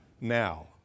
now